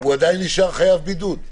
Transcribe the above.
הוא עדיין נשאר חייב בידוד.